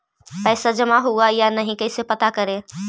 पैसा जमा हुआ या नही कैसे पता करे?